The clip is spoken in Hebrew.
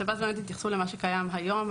השב"ס יתייחסו למה שקיים היום.